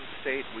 State